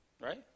Right